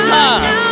time